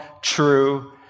true